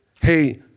hey